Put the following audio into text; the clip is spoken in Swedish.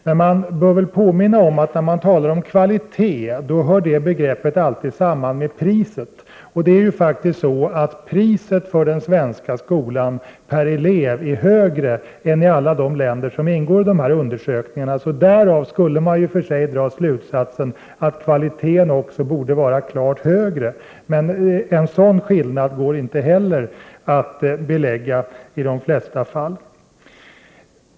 Det bör väl påminnas om att begreppet kvalitet alltid hör samman med priset, och det är faktiskt så att priset för den svenska skolan per elev är högre än motsvarande pris i alla de länder som ingår i de aktuella undersökningarna. Därav skulle man i och för sig kunna dra slutsatsen att kvaliteten också borde vara klart högre i det svenska systemet, men en sådan skillnad går inte heller att belägga i de flesta fall.